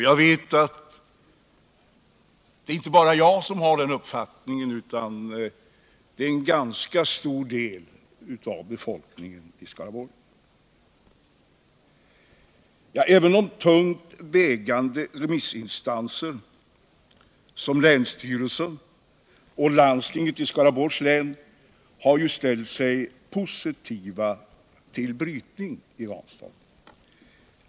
Jag vet att det inte bara är jag som har den uppfattningen utan en ganska stor del av befolkningen i Skaraborg. Även tungt vägande remissinstanser som länsstyrelsen och landstinget i Energiforskning, Skaraborgs län har ju ställt sig positiva till brytning i Ranstad.